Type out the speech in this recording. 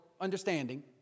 understanding